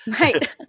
right